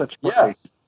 Yes